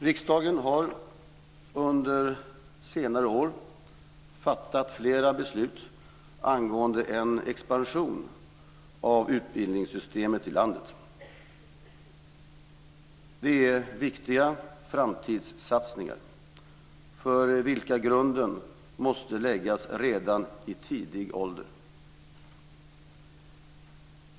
Riksdagen har under senare år fattat flera beslut angående en expansion av utbildningssystemet i landet. Det är viktiga framtidssatsningar för vilka grunden måste läggas redan i tidig ålder.